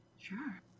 Sure